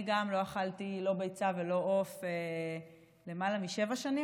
גם אני לא אכלתי לא ביצה ולא עוף למעלה משבע שנים,